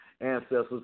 ancestors